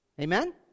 Amen